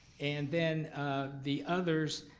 and then the others